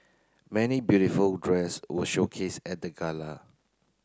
many beautiful dress were showcased at the gala